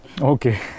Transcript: Okay